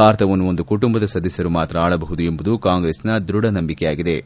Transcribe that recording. ಭಾರತವನ್ನು ಒಂದು ಕುಟುಂಬದ ಸದಸ್ನರು ಮಾತ್ರ ಆಳಬಹುದು ಎಂಬುದು ಕಾಂಗ್ರೆಸ್ನ ದೃಢ ನಂಬಿಕೆಯಾಗಿದೆ